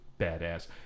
badass